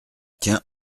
tiens